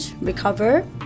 recover